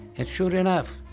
and sure enough,